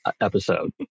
episode